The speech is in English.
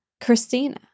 Christina